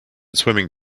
swimming